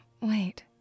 Wait